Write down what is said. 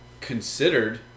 considered